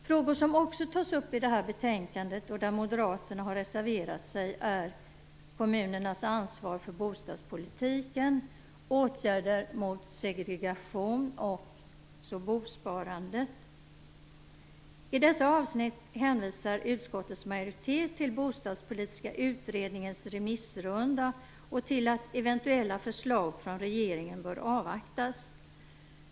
Frågor som också tas upp i detta betänkande, och där Moderaterna har reserverat sig, är kommunernas ansvar för bostadspolitiken, åtgärder mot segregation och frågan om bosparandet. I dessa avsnitt hänvisar utskottets majoritet till den bostadspolitiska utredningens remissrunda och till att eventuella förslag från regeringen bör avvaktas.